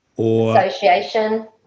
Association